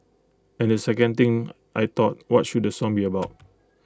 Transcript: and the second thing I thought what should the song be about